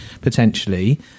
potentially